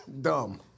dumb